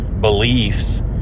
beliefs